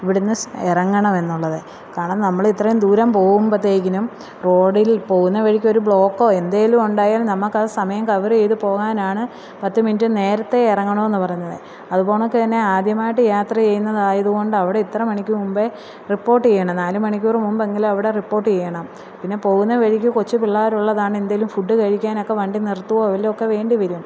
ഇവിടുന്ന് ഇറങ്ങണം എന്നുള്ളത് കാരണം നമ്മൾ ഇത്രയും ദൂരം പോവുമ്പത്തേക്കിനും റോഡിൽ പോവുന്ന വഴിക്ക് ഒരു ബ്ലോക്കോ എന്തെങ്കിലും ഉണ്ടായാല് നമുക്ക് ആ സമയം കവർ ചെയ്ത് പോകാനാണ് പത്ത് മിനിറ്റ് നേരത്തേ ഇറങ്ങണം എന്ന് പറഞ്ഞത് അത്പൊണക്ക് തന്നെ ആദ്യമായിട്ട് യാത്ര ചെയ്യുന്നത് ആയതുകൊണ്ട് അവിടെ ഇത്ര മണിക്ക് മുമ്പേ റിപ്പോട്ട് ചെയ്യണം നാല് മണിക്കൂർ മുമ്പെങ്കിലും അവിടെ റിപ്പോട്ട് ചെയ്യണം പിന്നെ പോകുന്ന വഴിക്ക് കൊച്ച് പിള്ളേർ ഉള്ളതാണ് എന്തെങ്കിലും ഫുഡ്ഡ് കഴിക്കാനൊക്കെ വണ്ടി നിര്ത്തുവോ വല്ലതും ഒക്കെ വേണ്ടി വരും